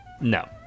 No